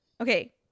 Okay